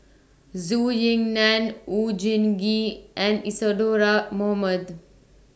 Zhou Ying NAN Oon Jin Gee and Isadhora Mohamed